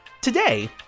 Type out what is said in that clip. today